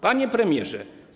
Panie Premierze!